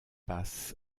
passe